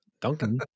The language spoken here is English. duncan